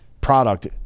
product